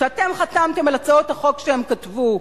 שאתם, אתם חתמתם על הצעות החוק שהם כתבו.